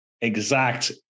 exact